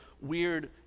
weird